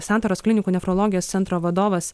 santaros klinikų nefrologijos centro vadovas